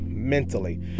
mentally